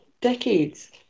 decades